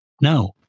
No